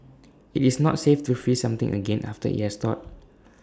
IT is not safe to freeze something again after IT has thawed